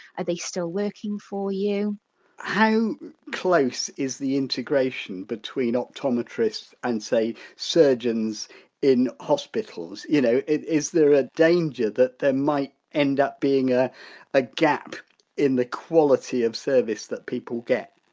are they still working for you how close is the integration between optometrists and say surgeons in hospitals? you know is there a danger that there might end up being ah a gap in the quality of service that people get?